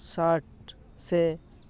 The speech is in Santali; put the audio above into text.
ᱥᱟᱨᱴ ᱥᱮ